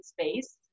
space